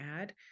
add